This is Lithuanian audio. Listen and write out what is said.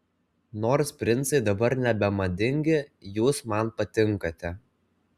nors princai dabar nebemadingi jūs man patinkate